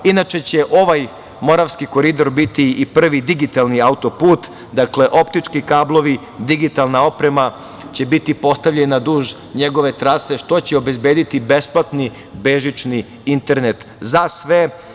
Inače će ovaj Moravski koridor biti i prvi digitalni autoput, dakle, optički kablovi, digitalna oprema će biti postavljena duž njegove trase, što će obezbediti besplatni bežični internet za sve.